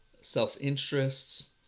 self-interests